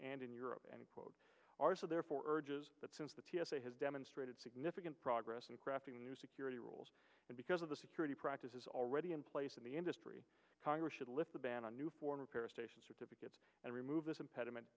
and in europe and are so therefore urges that since the t s a has demonstrated significant progress in crafting new security rules and because of the security practices already in place in the industry congress should lift the ban on newborn repair station certificates and remove this impediment